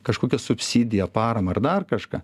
kažkokią subsidiją paramą ar dar kažką